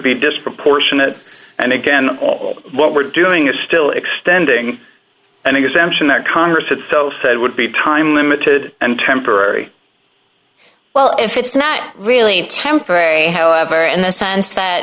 be disproportionate and again what we're doing is still extending an exemption that congress itself said would be time limited and temporary well if it's not really temporary however in the sense that